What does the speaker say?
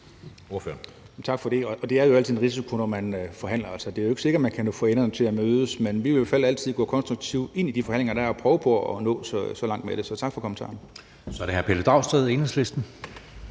Tak for det. Det er jo altid en risiko, når man forhandler – altså, det er jo ikke sikkert, at man kan få enderne til at mødes. Men vi vil i hvert fald altid gå konstruktivt ind i de forhandlinger, der er, og prøve på at nå så langt med det som muligt. Så tak for kommentaren. Kl. 11:09 Anden